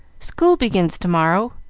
school begins to-morrow.